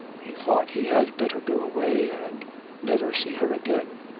he thought he had better go away and never see her again.